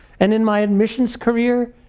and in my admissions career,